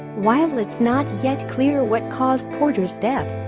while it's not yet clear what caused porter's death,